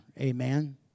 Amen